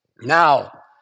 Now